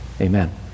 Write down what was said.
Amen